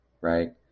Right